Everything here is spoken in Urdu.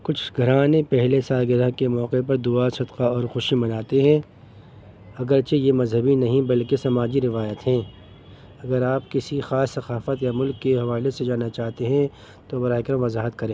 کچھ گھرانے پہلے سالگرہ کے موقع پر دعا صدقہ اور خوشی مناتے ہیں اگرچہ یہ مذہبی نہیں بلکہ سماجی روایت ہیں اگر آپ کسی خاص ثقافت یا ملک کے حوالے سے جانا چاہتے ہیں تو براہ کرر وضاحت کریں